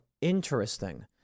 interesting